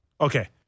Okay